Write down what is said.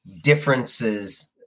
differences